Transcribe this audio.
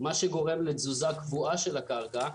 מה שגורם לתזוזה קבועה של הקרקע.